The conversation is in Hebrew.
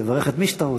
תברך את מי שאתה רוצה,